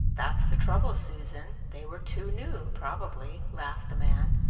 that's the trouble, susan they were too new, probably, laughed the man.